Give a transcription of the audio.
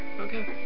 okay